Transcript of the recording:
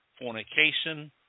fornication